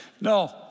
No